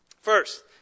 First